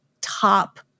top